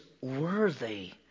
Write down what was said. worthy